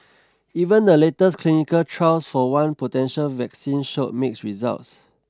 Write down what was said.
even the latest clinical trials for one potential vaccine showed mixed results